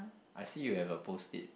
I see you have a post it